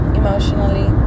emotionally